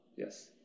yes